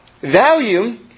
value